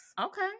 okay